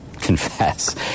confess